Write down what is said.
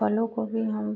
फलों को भी हम